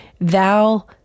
thou